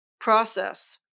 process